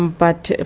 but,